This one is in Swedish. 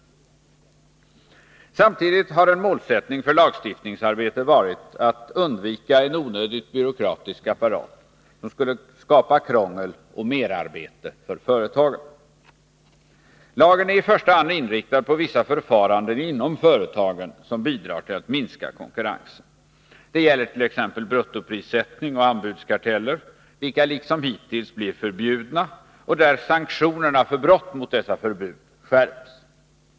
Samtidigt har en målsättning för lagstiftningsarbetet varit att undvika en onödigt byråkratisk apparat som skulle skapa krångel och merarbete för företagen. Lagen är i första hand inriktad på vissa förfaranden inom företagen som bidrar till att minska konkurrensen. Det gäller t.ex. bruttoprissättning och anbudskarteller, vilka liksom hittills blir förbjudna, och där sanktionerna för brott mot dessa förbud skärps.